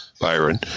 Byron